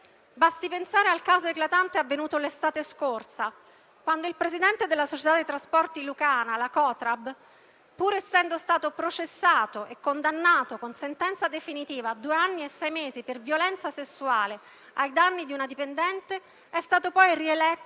Basti pensare al caso eclatante avvenuto l'estate scorsa, quando il presidente della società di trasporti lucana, la Cotrab, pur essendo stato processato e condannato con sentenza definitiva a due anni e sei mesi per violenza sessuale ai danni di una dipendente, è stato poi rieletto